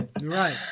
Right